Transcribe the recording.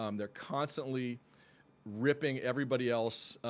um they're constantly ripping everybody else.